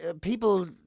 people